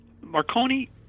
Marconi